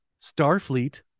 Starfleet